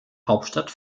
hauptstadt